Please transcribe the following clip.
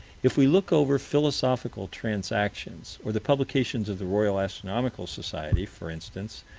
if we look over philosophical transactions, or the publications of the royal astronomical society, for instance,